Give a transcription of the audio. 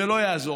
זה לא יעזור,